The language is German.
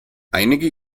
einige